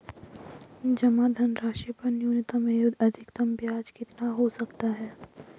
जमा धनराशि पर न्यूनतम एवं अधिकतम ब्याज कितना हो सकता है?